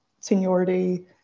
seniority